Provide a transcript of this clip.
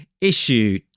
Issue